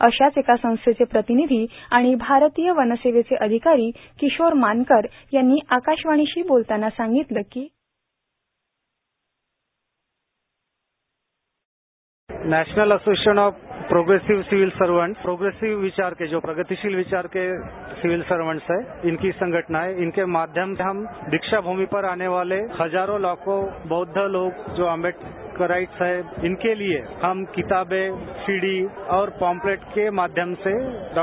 अशाच एका संस्थेचे प्रतिनिधी आणि भारतीय वनसेवेचे अधिकारी किशोर मानकर यांनी आकाशवाणीशी बोलतांना सांगितले sound bite National Association of Progressive Civil Servants progressive विचार के जो प्रगतीशिल विचार के सिव्हिल सर्व्हन्ट्स है इनकी संघटना है इनके माध्यम से हम दीक्षाभूमी पर आनेवाले हजारों लाखो बौद्ध लोग जो आंबेडकरराईट्स है उनके लिए हम किताबे सीडी और पॉम्लेट्स के माध्यम से डॉ